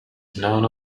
known